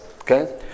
Okay